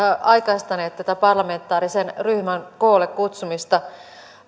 aikaistanut tätä parlamentaarisen ryhmän koolle kutsumista